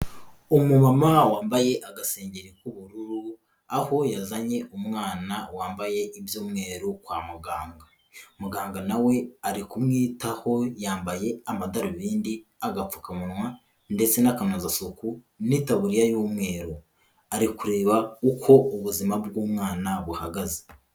Umumama wambaye agasengeri k'ubururu, aho yazanye umwana wambaye iby'umweru kwa muganga, muganga na we ari kumwitaho yambaye amadarubindi, agapfukamunwa ndetse n'akanozasuku n'itaburiya y'umweru, ari kureba uko ubuzima bw'umwana buhagaze.